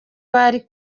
bari